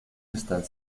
están